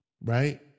Right